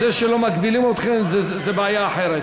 זה שלא מגבילים אתכם זה בעיה אחרת.